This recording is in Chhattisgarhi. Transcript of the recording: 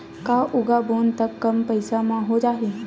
का उगाबोन त कम पईसा म हो जाही?